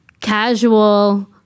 casual